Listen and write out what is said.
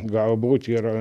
galbūt yra